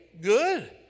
good